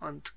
und